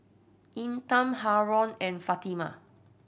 Intan Haron and Fatimah